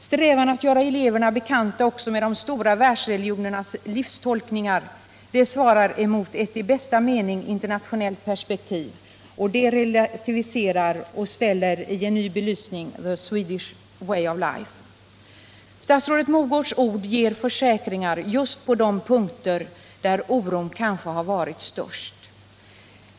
Strävan att göra eleverna bekanta också med de stora världsreligionernas livstolkningar svarar emot ett i bästa mening internationellt perspektiv, och det relativiserar och ställer i en ny belysning the Swedish way of life. Statsrådet Mogårds ord ger försäkringar just på de punkter där oron kanske har varit störst.